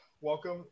Welcome